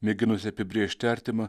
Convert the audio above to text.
mėginusį apibrėžti artimą